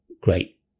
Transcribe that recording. great